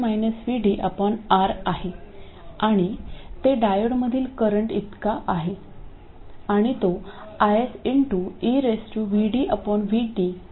रेझिस्टरमधील current R आहे आणि ते डायोडमधील करंट इतका आहे आणि तो IS आहे